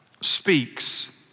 speaks